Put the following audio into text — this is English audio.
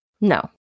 No